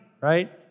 right